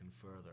further